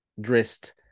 dressed